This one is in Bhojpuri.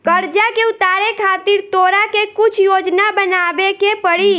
कर्जा के उतारे खातिर तोरा के कुछ योजना बनाबे के पड़ी